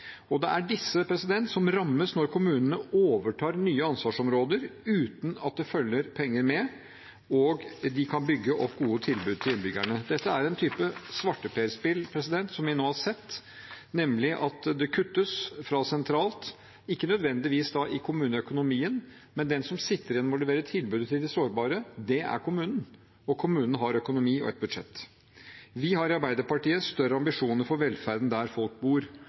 og det er disse som rammes når kommunene overtar nye ansvarsområder, uten at det følger penger med slik at de kan bygge opp gode tilbud til innbyggerne. Dette er en type svarteperspill vi nå har sett, nemlig at det kuttes fra sentralt hold, ikke nødvendigvis i kommuneøkonomien, men den som sitter igjen med å levere tilbudet til de sårbare, er kommunen, og kommunen har en økonomi og et budsjett. Vi i Arbeiderpartiet har større ambisjoner for velferden der folk bor,